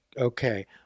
Okay